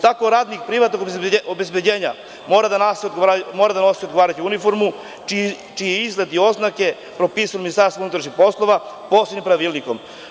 Tako radnik privatnog obezbeđenja mora da nosi odgovarajuću uniformu čiji je izgled i oznake propisuje Ministarstvo unutrašnjih poslova posebnim pravilnikom.